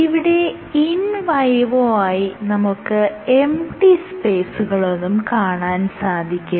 ഇവിടെ ഇൻ വൈവോവായി നമുക്ക് എംപ്റ്റി സ്പേസുകളൊന്നും കാണാൻ സാധിക്കില്ല